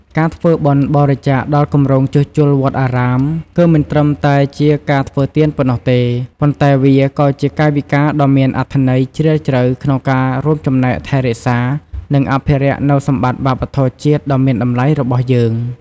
ការធ្វើបុណ្យបរិច្ចាគដល់គម្រោងជួសជុលវត្តអារាម គឺមិនត្រឹមតែជាការធ្វើទានប៉ុណ្ណោះទេ ប៉ុន្តែវាក៏ជាកាយវិការដ៏មានអត្ថន័យជ្រាលជ្រៅក្នុងការរួមចំណែកថែរក្សា និងអភិរក្សនូវសម្បត្តិវប្បធម៌ជាតិដ៏មានតម្លៃរបស់យើង។